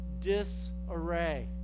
disarray